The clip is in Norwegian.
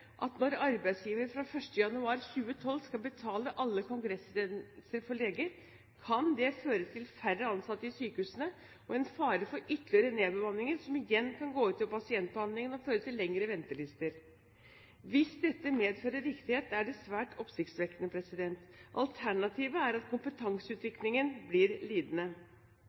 at når arbeidsgiver fra 1. januar 2012 skal betale alle kongressreisene for leger, kan det føre til færre ansatte i sykehusene og en fare for ytterligere nedbemanninger, som igjen kan gå ut over pasientbehandlingen og føre til lengre ventelister. Hvis dette medfører riktighet, er det svært oppsiktsvekkende. Alternativet er at kompetanseutviklingen blir lidende.